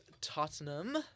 Tottenham